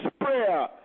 prayer